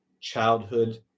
childhood